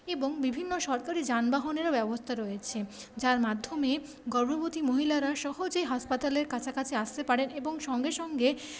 এবং বিভিন্ন সরকারি যানবাহনেরও ব্যবস্থা রয়েছে যার মাধ্যমে গর্ভাবতী মহিলারা সহজে হাসপাতালের কাছাকাছি আসতে পারেন এবং সঙ্গে সঙ্গে